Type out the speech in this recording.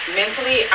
mentally